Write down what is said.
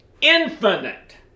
infinite